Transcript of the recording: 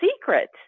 secret